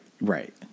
Right